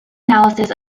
analysis